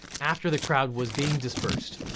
after the crowd was being dispersed,